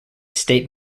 state